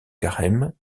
carême